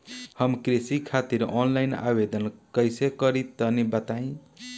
हम कृषि खातिर आनलाइन आवेदन कइसे करि तनि बताई?